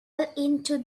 into